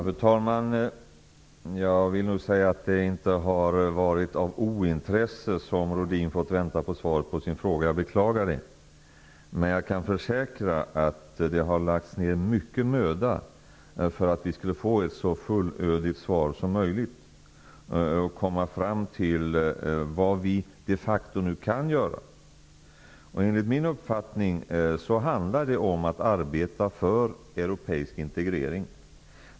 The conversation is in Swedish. Fru talman! Jag vill säga att det inte har varit på grund av ointresse som Rohdin har fått vänta på svaret på sin fråga. Jag beklagar detta, men jag kan försäkra att det har lagts ned mycket möda för att vi skulle få fram ett så fullödigt svar som möjligt och för att vi skulle komma fram till vad vi de facto nu kan göra. Det handlar om att arbeta för europeisk integrering.